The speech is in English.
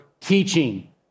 teaching